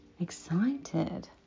Excited